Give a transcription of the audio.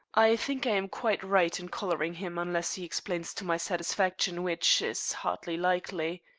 i think i am quite right in collaring him unless he explains to my satisfaction, which is hardly likely.